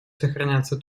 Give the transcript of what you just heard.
сохраняться